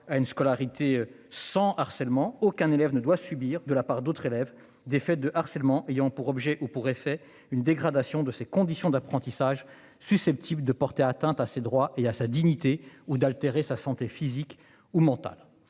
à une scolarité sans harcèlement, aucun élève ne doit subir de la part d'autres élèves des faits de harcèlement ayant pour objet ou pour effet une dégradation de ses conditions d'apprentissage susceptibles de porter atteinte à ses droits et à sa dignité ou d'altérer sa santé physique ou mentale.